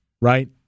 right